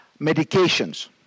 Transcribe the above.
medications